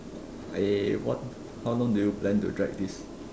eh what how long do you plan to drag this